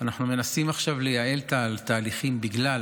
אנחנו מנסים לייעל את התהליכים בגלל